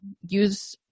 use